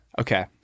Okay